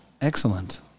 Excellent